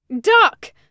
DUCK